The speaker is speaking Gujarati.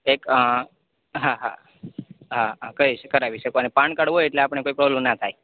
એક હા હા હા હા કઈશ કરાવી શકો અને પાન કાર્ડ હોય એટલે આપણે કોઈ પ્રોબ્લેમ ના થાય